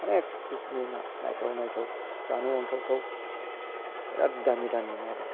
अनेक रोखोमनि ना नायथाव नायथाव जानो अनथाव थाव बिराथ दामि दामि ना दं